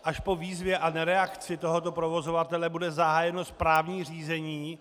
Až po výzvě a nereakci tohoto provozovatele bude zahájeno správní řízení.